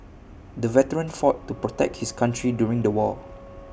the veteran fought to protect his country during the war